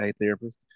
therapist